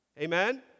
Amen